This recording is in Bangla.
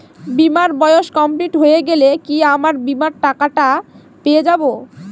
বীমার বয়স কমপ্লিট হয়ে গেলে কি আমার বীমার টাকা টা পেয়ে যাবো?